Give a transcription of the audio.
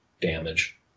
damage